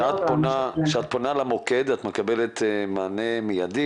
כשאת פונה למוקד את מקבלת מענה מיידי?